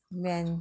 ben